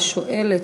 השואלת,